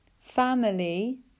family